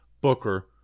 Booker